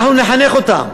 אנחנו נחנך אותם,